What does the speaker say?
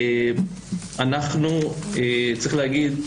צריך להגיד,